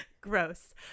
gross